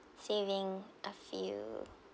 saving a few